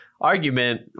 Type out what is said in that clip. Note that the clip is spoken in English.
argument